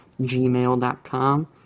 gmail.com